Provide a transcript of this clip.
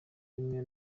bimwe